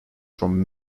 from